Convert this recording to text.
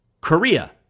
Korea